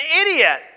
idiot